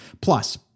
plus